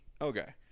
Okay